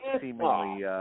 seemingly